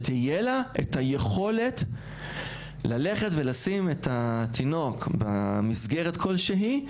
שתהיה לה את היכולת לשים את התינוק במסגרת כלשהי,